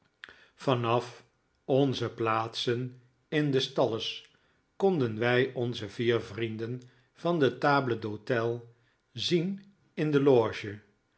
vanaf onze plaatsen in de stalles konden wij onze vier vrienden van de table d'hote zien in de loge